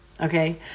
okay